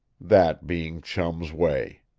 that being chum's way.